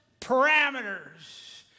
parameters